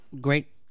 Great